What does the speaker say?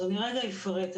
אז אני רגע אפרט.